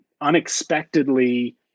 unexpectedly